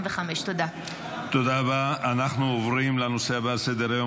ועדת המדע והטכנולוגיה בעקבות הצעה לסדר-היום